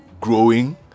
growing